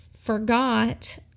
forgot